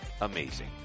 amazing